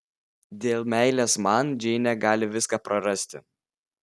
dėl meilės man džeinė gali viską prarasti